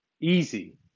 Easy